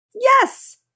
Yes